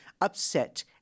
upset